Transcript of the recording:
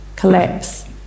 Collapse